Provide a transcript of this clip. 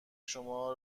شما